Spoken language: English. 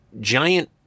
giant